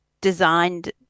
designed